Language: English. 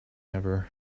ever